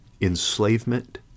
enslavement